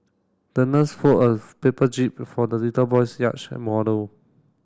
the nurse fold of paper jib for the little boy's yacht model